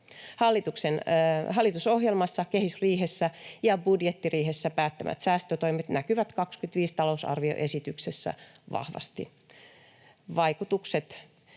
hallitusohjelmassa, kehysriihessä ja budjettiriihessä päättämät säästötoimet näkyvät vuoden 25 talousarvioesityksessä vahvasti, ja esittelen